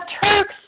Turks